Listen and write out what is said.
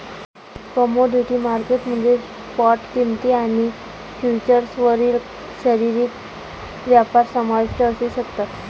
commodity market मध्ये spot किंमती आणि फ्युचर्सवरील शारीरिक व्यापार समाविष्ट असू शकतात